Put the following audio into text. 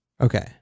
Okay